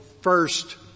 first